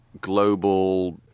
global